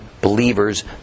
believers